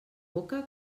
boca